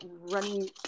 running